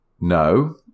No